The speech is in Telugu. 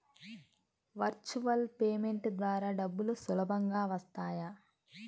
వర్చువల్ పేమెంట్ ద్వారా డబ్బులు సులభంగా వస్తాయా?